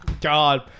God